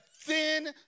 thin